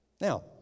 Now